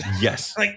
yes